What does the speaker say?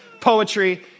poetry